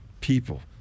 people